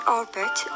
orbit